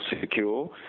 secure